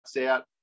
out